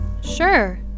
Sure